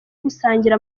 gusangira